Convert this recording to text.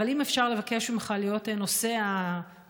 אבל אם אפשר לבקש ממך להיות נושא המסר